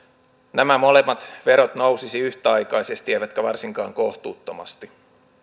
nämä molemmat verot nousisi yhtäaikaisesti eivätkä varsinkaan kohtuuttomasti